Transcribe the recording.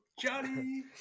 Johnny